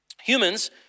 Humans